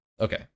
Okay